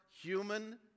human